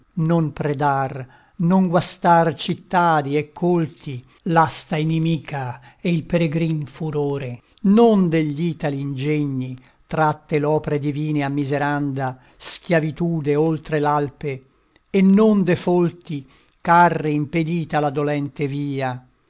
non predar non guastar cittadi e colti l'asta inimica e il peregrin furore non degl'itali ingegni tratte l'opre divine a miseranda schiavitude oltre l'alpe e non de folti carri impedita la dolente via